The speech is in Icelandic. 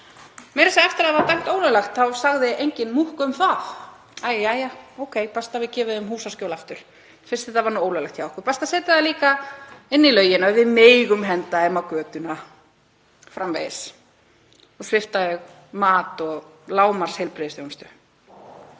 meira að segja eftir að það var dæmt ólöglegt þá sagði enginn múkk um það. Æ, jæja, best að við veitum þeim húsaskjól aftur fyrst þetta var nú ólöglegt hjá okkur. Best að setja það inn í lögin að við megum henda þeim á götuna framvegis og svipta þau mat og lágmarksheilbrigðisþjónustu.